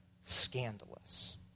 scandalous